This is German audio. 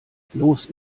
bloß